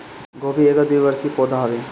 गोभी एगो द्विवर्षी पौधा हवे